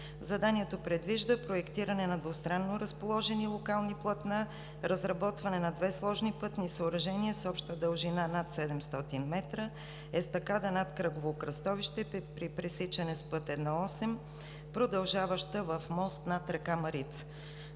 Заданието предвижда проектиране на двустранно разположени локални платна, разработване на две сложни пътни съоръжения с обща дължина над 700 м – естакада над кръгово кръстовище при пресичане с път I-8, продължаваща в мост над река Марица.